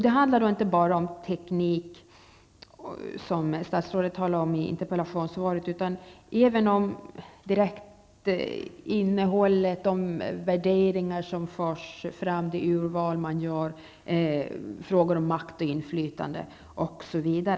Det handlar då inte enbart om teknik -- utan även bl.a. om innehållet, om värderingar som förs fram, om vilket urval man gör och om maktoch inflytandefrågor.